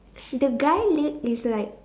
the guy leg is like